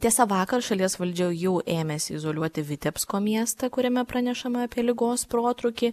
tiesa vakar šalies valdžia jau ėmėsi izoliuoti vitebsko miestą kuriame pranešama apie ligos protrūkį